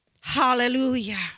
Hallelujah